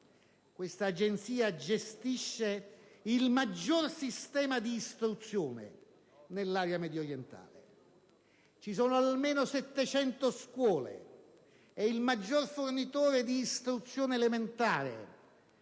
Questa Agenzia gestisce il maggior sistema di istruzione nell'area mediorientale, con la presenza di almeno 700 scuole. Essa è il maggior fornitore di istruzione elementare,